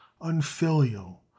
unfilial